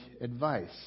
advice